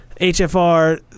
HFR